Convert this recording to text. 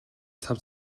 цав